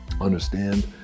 understand